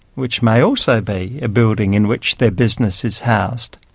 which may also be a building in which their business is housed.